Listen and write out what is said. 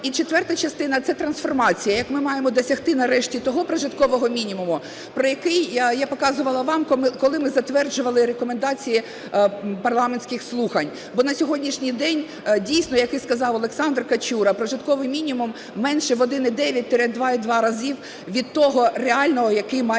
і четверта частина – це трансформація, як ми маємо досягти нарешті того прожиткового мінімуму, про який, я показувала вам, коли ми затверджували рекомендації парламентських слухань. Бо на сьогоднішній день, дійсно, як і сказав Олександр Качура, прожитковий мінімум менше в 1,9-2,2 рази від того реального, який має